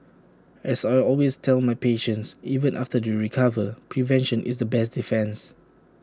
as I always tell my patients even after they recover prevention is the best defence